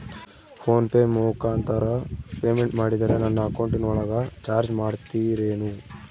Phone pay ಮುಖಾಂತರ payment ಮಾಡಿದರೆ ನನ್ನ ಅಕೌಂಟಿನೊಳಗ ಚಾರ್ಜ್ ಮಾಡ್ತಿರೇನು?